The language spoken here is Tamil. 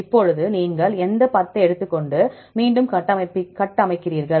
இப்போது நீங்கள் எந்த 10 ஐ எடுத்துக் கொண்டு மீண்டும் கட்டமைக்கிறீர்கள்